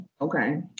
okay